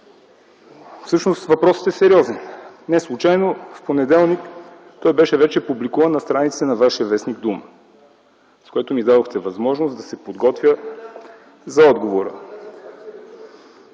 Всъщност въпросът е сериозен. Неслучайно в понеделник той беше вече публикуван на страниците на Вашия вестник „Дума”, с което ми дадохте възможност да се подготвя за отговора.